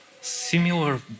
similar